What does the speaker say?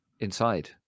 inside